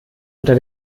unter